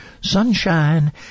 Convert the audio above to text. sunshine